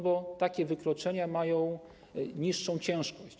Bo takie wykroczenia mają niższą ciężkość.